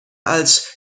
als